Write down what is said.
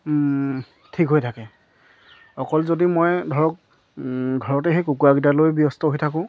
ঠিক হৈ থাকে অকল যদি মই ধৰক ঘৰতে সেই কুকুৰাকিটালৈ ব্যস্ত হৈ থাকোঁ